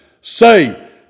say